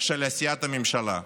של עשיית הממשלה,